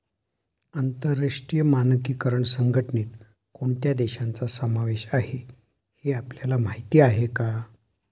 आंतरराष्ट्रीय मानकीकरण संघटनेत कोणत्या देशांचा समावेश आहे हे आपल्याला माहीत आहे का?